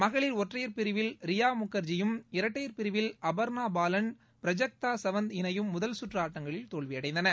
மகளிர் ஒற்றையர் பிரிவில் ரியா முகர்ஜியும் இரட்டையர் பிரிவில் அபர்னா பாலன் பிரஜக்தா சவந்த் இணையும் முதல்சுற்று ஆட்டங்களில் தோல்வியடைந்தன